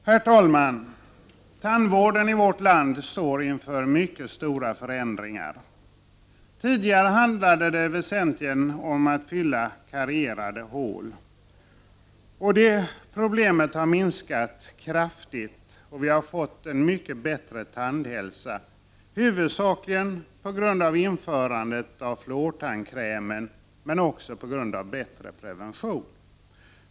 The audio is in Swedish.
Herr talman! Tandvården i vårt land står inför mycket stora förändringar. Tidigare handlade det väsentligen om att fylla karierade hål. Det problemet har minskat kraftigt, och vi har fått en mycket bättre tandhälsa, huvudsakligen på grund av införandet av fluortandkrämen men även på grund av bättre prevention.